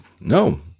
No